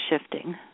shifting